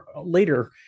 later